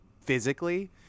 physically